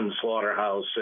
slaughterhouse